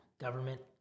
government